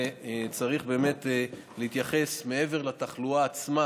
וצריך באמת להתייחס, מעבר לתחלואה עצמה